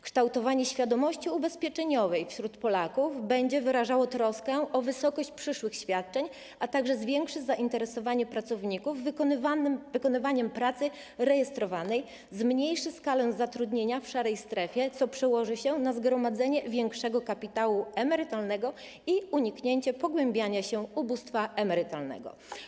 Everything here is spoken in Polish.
Kształtowanie świadomości ubezpieczeniowej wśród Polaków będzie wyrażało troskę o wysokość przyszłych świadczeń oraz zwiększy zainteresowanie pracowników wykonywaniem pracy rejestrowanej, zmniejszy skalę zatrudnienia w szarej strefie, co przełoży się na zgromadzenie większego kapitału emerytalnego i uniknięcie pogłębiania się ubóstwa emerytalnego.